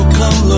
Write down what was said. come